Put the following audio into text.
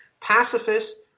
pacifists